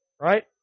right